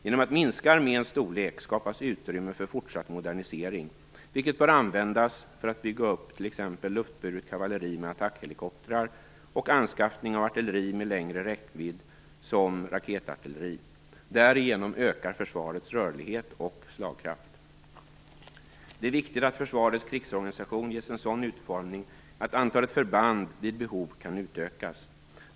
Genom att minska arméns storlek skapar man utrymme för fortsatt modernisering, vilket bör användas för att bygga upp t.ex. luftburet kavalleri med attackhelikoptrar och anskaffning av artilleri med längre räckvidd såsom raketartilleri. Därigenom ökar försvarets rörlighet och slagkraft. Det är viktigt att försvarets krigsorganisation ges en sådan utformning att antalet förband vid behov kan utökas.